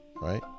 right